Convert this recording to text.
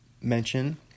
mention